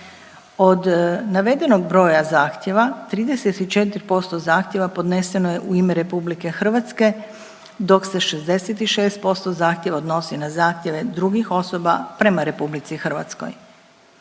Od navedenog broja zahtjeva 34% zahtjeva podneseno je u ime RH dok se 66% zahtjeva odnosi na zahtjeve drugih osoba prema RH.